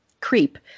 creep